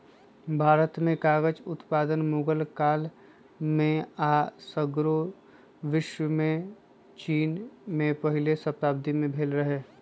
भारत में कागज उत्पादन मुगल काल में आऽ सग्रे विश्वमें चिन में पहिल शताब्दी में भेल रहै